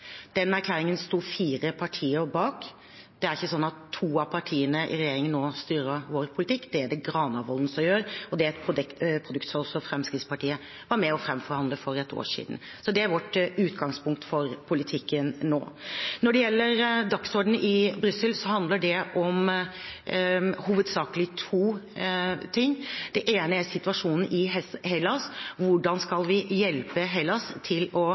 ikke sånn at to av partiene i regjeringen nå styrer vår politikk, det er det Granavolden-plattformen som gjør, og det er et produkt som også Fremskrittspartiet var med på å fremforhandle for et år siden. Så det er vårt utgangspunkt for politikken nå. Når det gjelder dagsordenen i Brussel, handler det hovedsakelig om to ting. Det ene er situasjonen i Hellas: Hvordan skal vi hjelpe Hellas til å holde sin yttergrense? Og hvordan skal vi hjelpe Hellas til å